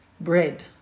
bread